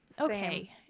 okay